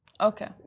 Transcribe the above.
Okay